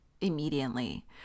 immediately